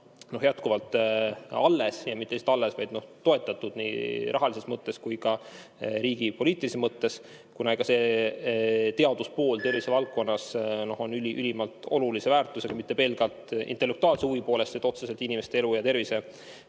jääma alles ja mitte ainult alles, vaid toetatud ka rahalises mõttes ja riigipoliitilises mõttes, kuna teaduspool tervisevaldkonnas on ülimalt olulise väärtusega, mitte pelgalt intellektuaalse huvi poolest, vaid otseselt inimeste elu ja tervise